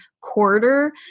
quarter